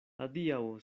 adiaŭ